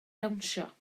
dawnsio